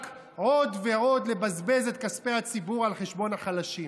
רק עוד ועוד לבזבז את כספי הציבור על חשבון החלשים.